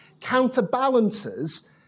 counterbalances